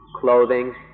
clothing